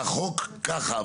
בחוק ככה,